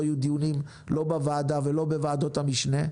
יהיו דיונים לא בוועדה ולא בוועדות המשנה.